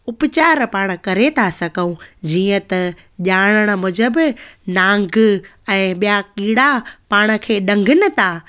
उपचार पाण करे था सघूं जीअं त ॼाण मूजिबि नांग ऐं ॿिया कीड़ा पाण खे ॾंगनि था